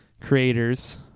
creators